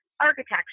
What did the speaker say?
architecture